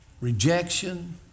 rejection